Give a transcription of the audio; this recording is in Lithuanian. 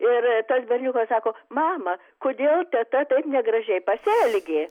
ir tas berniukas sako mama kodėl teta taip negražiai pasielgė